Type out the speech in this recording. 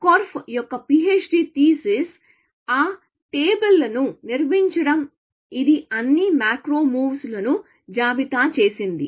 Korf యొక్క PHD thesis ఆ table ను నిర్మించడం ఇది అన్ని మాక్రో మూవ్స్ లను జాబితా చేసింది